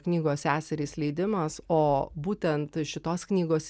knygos seserys leidimas o būtent šitos knygos